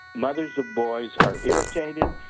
mothers or boys are irritated,